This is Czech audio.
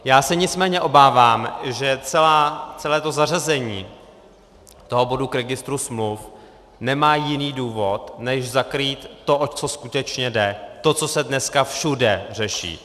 Já se nicméně obávám, že celé to zařazení bodu registru smluv nemá jiný důvod, než zakrýt to, o co skutečně jde, to, co se dneska všude řeší.